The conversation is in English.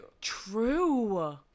true